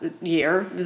year